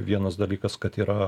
vienas dalykas kad yra